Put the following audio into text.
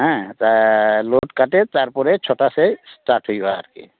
ᱦᱮᱸ ᱞᱳᱰ ᱠᱟᱛᱮᱫ ᱛᱟᱨᱯᱚᱨᱮ ᱪᱷᱚᱴᱟ ᱥᱮᱫ ᱮᱥᱴᱟᱴ ᱦᱩᱭᱩᱜᱼᱟ ᱟᱨᱠᱤ